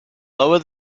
lower